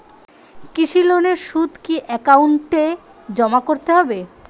কৃষি লোনের সুদ কি একাউন্টে জমা করতে হবে?